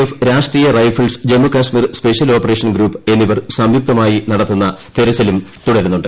F രാഷ്ട്രീയ rifles Jammu Kashmir special operation group എന്നിവർ സംയുക്തമായി നടത്തുന്ന തെരച്ചിലും തുടരുന്നുണ്ട്